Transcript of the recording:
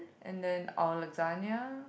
and then our lasagna